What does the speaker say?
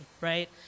right